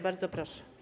Bardzo proszę.